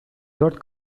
dört